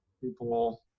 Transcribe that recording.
people